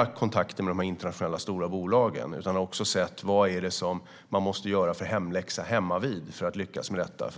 erfarenheter av kontakter med de internationella, stora bolagen utan också har sett vad man behöver göra för hemläxa för att lyckas med detta.